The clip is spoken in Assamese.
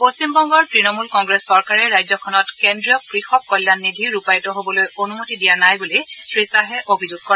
পশ্চিমবংগৰ তৃণমূল কংগ্ৰেছ চৰকাৰে ৰাজ্যখনত কেন্দ্ৰীয় কৃষক কল্যাণ নিধি ৰূপায়িত হবলৈ অনুমতি দিয়া নাই বুলি শ্ৰীশ্বাহে অভিযোগ কৰে